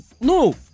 no